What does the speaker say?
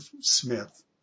Smith